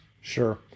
Sure